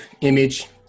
image